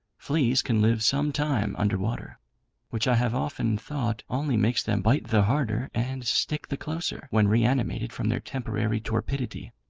fleas can live some time under water which i have often thought only makes them bite the harder and stick the closer, when reanimated from their temporary torpidity.